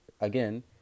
again